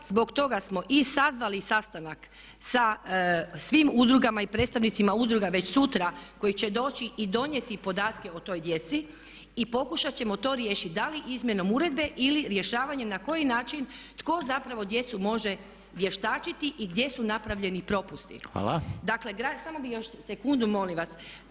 Zbog toga smo i sazvali sastanak sa svim udrugama i predstavnicima udruga već sutra koji će doći i donijeti podatke o toj djeci i pokušat ćemo to riješiti da li izmjenom uredbe ili rješavanjem na koji način tko zapravo djecu može vještačiti i gdje su napravljeni propusti [[Upadica Reiner: Hvala.]] Samo bih još sekundu, molim vas.